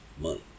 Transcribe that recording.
money